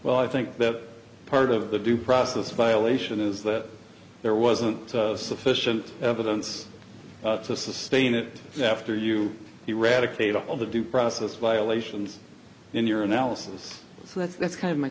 well i think that part of the due process violation is that there wasn't sufficient evidence to sustain it after you eradicate all the due process violations in your analysis so that's that's kind